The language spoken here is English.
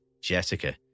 Jessica